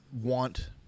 want